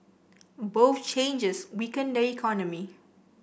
both changes weaken the economy